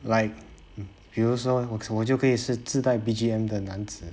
like 比如说我我就可以是自带 B_G_M 的男子